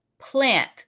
plant